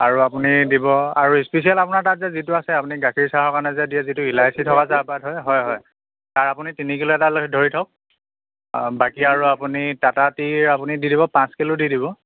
আৰু আপুনি দিব আৰু স্পেচিয়েল আপোনাৰ তাত যে যিটো আছে আপুনি গাখীৰ চাহৰ কাৰণে যে দিয়ে যিটো ইলাচি থকা চাহপাত হয় হয় হয় তাৰ আপুনি তিনি কিলো এটা ধৰি থওক বাকী আৰু আপুনি টাটা টিৰ আপুনি দি দিব পাঁচ কিলো দি দিব